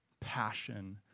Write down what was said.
passion